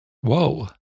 Whoa